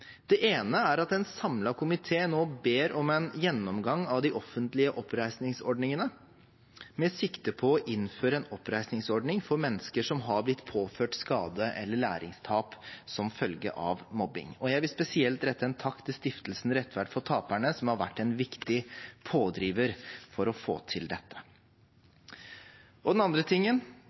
Det ene er at en samlet komité nå ber om en gjennomgang av de offentlige oppreisningsordningene, med sikte på å innføre en oppreisningsordning for mennesker som er blitt påført skade eller læringstap som følge av mobbing. Jeg vil spesielt rette en takk til stiftelsen Rettferd for taperne, som har vært en viktig pådriver for å få til dette. Det andre